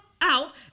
out